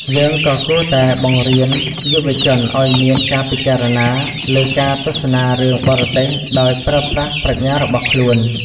យើងក៏គួរតែបង្រៀនយុវជនឲ្យមានការពិចារណាលើការទស្សនារឿងបរទេសដោយប្រើប្រាស់ប្រាជ្ញារបស់ខ្លួន។